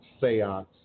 seance